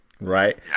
right